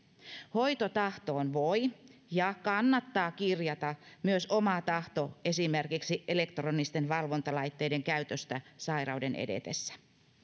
hoitotahtoon voi ja kannattaa kirjata myös oma tahto esimerkiksi elektronisten valvontalaitteiden käytöstä sairauden edetessä